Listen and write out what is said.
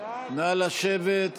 נא לשבת.